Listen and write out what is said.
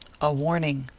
a warning